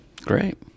Great